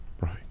right